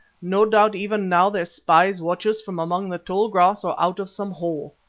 no doubt even now their spies watch us from among the tall grass or out of some hole.